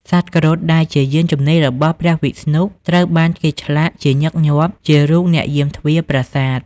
សត្វគ្រុឌដែលជាយានជំនិះរបស់ព្រះវិស្ណុ ត្រូវបានគេឆ្លាក់ជាញឹកញាប់ជារូបអ្នកយាមទ្វារប្រាសាទ។